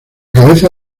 cabeza